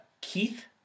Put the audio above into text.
Keith